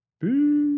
Boo